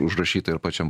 užrašyta ir pačiam